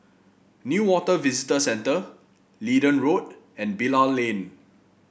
Newater Visitor Centre Leedon Road and Bilal Lane